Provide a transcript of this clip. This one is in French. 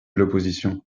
l’opposition